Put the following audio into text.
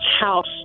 house